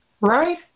right